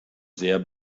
sehr